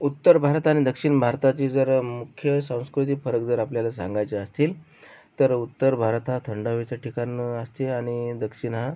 उत्तर भारत आणि दक्षिण भारताची जर मुख्य सांस्कृतिक फरक जर आपल्याला सांगायचे असतील तर उत्तर भारत हा थंड हवेचे ठिकाण असते आणि दक्षिण हा